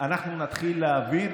אנחנו נתחיל להעביר,